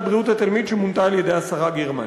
בריאות התלמיד שמונתה על-ידי השרה גרמן.